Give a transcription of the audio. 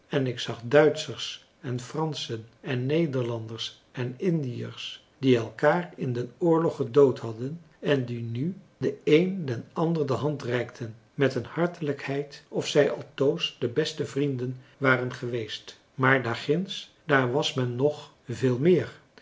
en ik zag duitschers en franschen en nederlanders en indiërs die elkaar in den oorlog gedood hadden en die nu de een den ander de hand reikten met een hartelijkheid of zij altoos de beste vrienden waren geweest maar daarginds daar was men nog veel meer